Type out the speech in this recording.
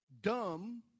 dumb